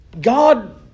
God